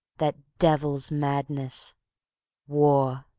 that devil's madness war.